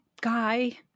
guy